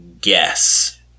guess